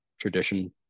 tradition